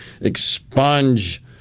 expunge